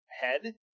head